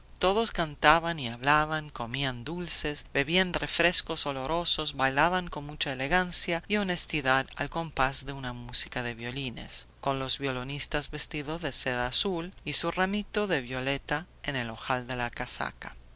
todos cantaban y hablaban comían dulces bebían refrescos olorosos bailaban con mucha elegancia y honestidad al compás de una música de violines con los violinistas vestidos de seda azul y su ramito de violeta en el ojal de la casaca